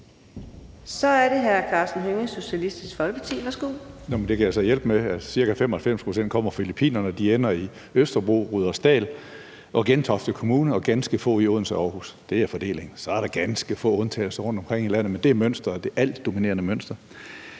Kl. 15:32 Karsten Hønge (SF): Nå, men det kan jeg så hjælpe med. Ca. 95 pct. kommer fra Filippinerne, og de ender på Østerbro og i Rudersdal og Gentofte Kommune, og ganske få ender i Odense og Aarhus. Det er fordelingen. Så er der ganske få undtagelser rundtomkring i landet, men det er det altdominerende mønster.